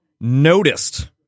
noticed